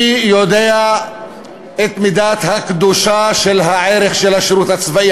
אני יודע את מידת הקדושה של הערך של השירות הצבאי.